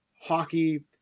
hockey